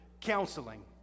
counseling